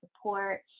support